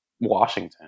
Washington